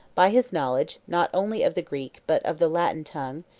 by his knowledge, not only of the greek, but of the latin tongue,